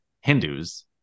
Hindus